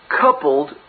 coupled